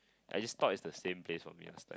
I just thought it's the same place for years